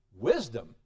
wisdom